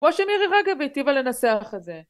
כמו שמירי רגב היטיבה לנסח את זה